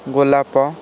ଗୋଲାପ